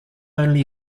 only